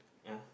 ya